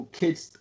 kids